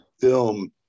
film